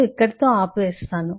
నేను ఇక్కడ తో ఆపివేస్తాను